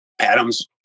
Adam's